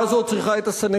נא להגיע לסיכום.